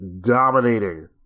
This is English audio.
dominating